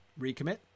recommit